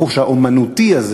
החוש האמנותי הזה,